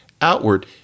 outward